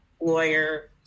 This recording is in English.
lawyer